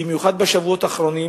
במיוחד בשבועות האחרונים,